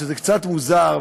שזה קצת מוזר,